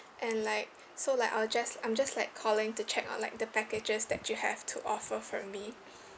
and like so like I will just I'm just like calling to check on like the packages that you have to offer for me